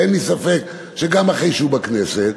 ואין לי ספק שגם אחרי שנכנס בכנסת,